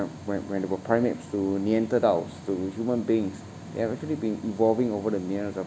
when when they were primates to neanderthals to human beings they have actually been evolving over the millions of